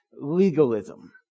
legalism